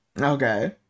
okay